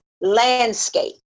landscape